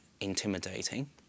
intimidating